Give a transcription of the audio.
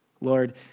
Lord